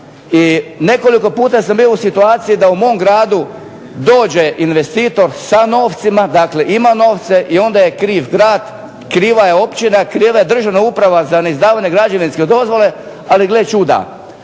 i nekoliko puta sam bio u situaciji da u mom gradu dođe investitor sa novcima, dakle ima novce i onda je kriv grad, kriva je općina, kriva je državna uprava za neizdavanje građevinske dozvole, ali gle čuda